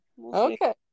Okay